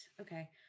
Okay